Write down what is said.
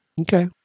Okay